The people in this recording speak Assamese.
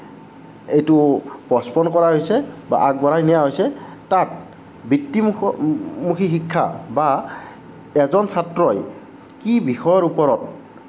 এইটো পষ্টপণ্ড কৰা হৈছে বা আগবঢ়াই নিয়া হৈছে তাত বৃত্তিমুখ মুখী শিক্ষা বা এজন ছাত্ৰই কি বিষয়ৰ ওপৰত